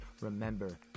Remember